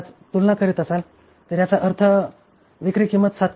675 तुलना करीत असाल तर याचा अर्थ विक्री किंमत 7